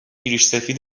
ریشسفید